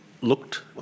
looked